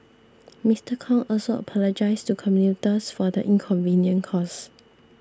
Mister Kong also apologised to commuters for the inconvenience caused